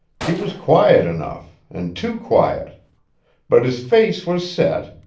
he was quiet enough, and too quiet but his face was set,